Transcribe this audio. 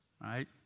right